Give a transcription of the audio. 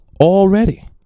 already